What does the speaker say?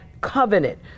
covenant